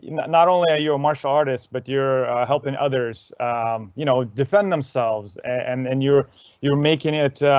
not only are you a martial artist, but you're helping others you know defend themselves and and you're you're making it.